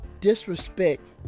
disrespect